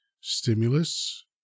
stimulus